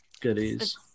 goodies